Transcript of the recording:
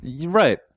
Right